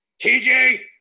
TJ